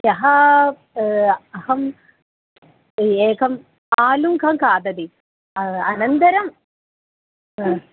ह्यः अहम् एकम् आलुकं खादति अनन्तरम्